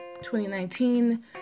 2019